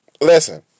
Listen